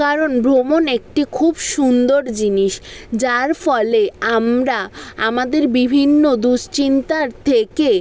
কারণ ভ্রমণ একটি খুব সুন্দর জিনিস যার ফলে আমরা আমাদের বিভিন্ন দুশ্চিন্তার থেকে